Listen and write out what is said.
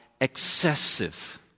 excessive